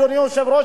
אדוני היושב-ראש,